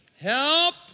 Help